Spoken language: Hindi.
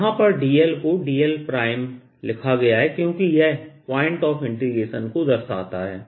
यहां पर dl को dl लिखा गया है क्योंकि यह पॉइंट ऑफ इंटीग्रेशन को दर्शाता है